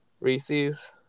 Reese's